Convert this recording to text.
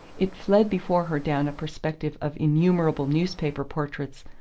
it fled before her down a perspective of innumerable newspaper portraits,